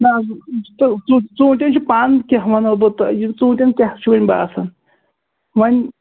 نہَ حظ ژوٗنٛٹھٮ۪ن چھُ پن تہِ کیٛاہ وَنہو بہٕ تۄہہِ ژوٗنٛٹھٮ۪ن کیٛاہ چھُ وۅنۍ باسان وۅنۍ